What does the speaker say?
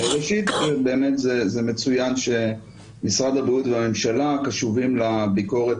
ראשית אני באמת זה מצוין שמשרד הבריאות והממשלה קשובים לביקורת